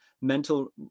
mental